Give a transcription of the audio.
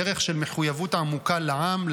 דרך של מחויבות עמוקה לעם,